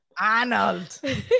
Arnold